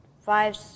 five